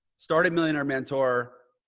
started millionaire mentor,